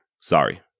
sorry